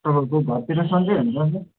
तपाईँको घरतिर सन्चै अन्त